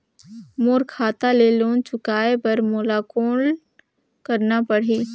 मोर खाता ले लोन चुकाय बर मोला कौन करना पड़ही?